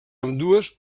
ambdues